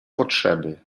potrzeby